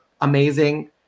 amazing